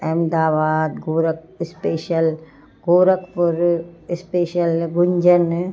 अहमदाबाद गोरक special Gorakhpur special Gunjan